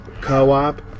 co-op